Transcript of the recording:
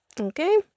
okay